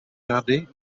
rady